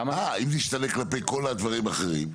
אה, אם זה ישתנה כלפי כל הדברים האחרים.